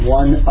one